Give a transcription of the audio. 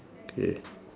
yeah